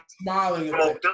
smiling